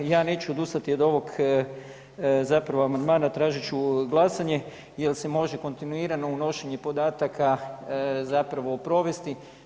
Ja neću odustati od ovog zapravo amandmana, tražit ću glasanje jel se može kontinuirano unošenje podataka zapravo provesti.